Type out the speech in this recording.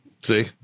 See